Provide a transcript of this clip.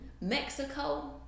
Mexico